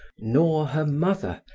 nor her mother,